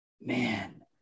man